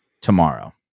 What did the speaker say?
tomorrow